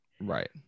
Right